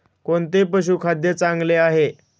कोणते पशुखाद्य चांगले आहे?